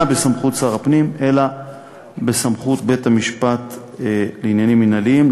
בסמכות שר הפנים אלא בסמכות בית-המשפט לעניינים מינהליים,